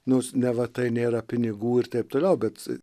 nors neva tai nėra pinigų ir taip toliau bet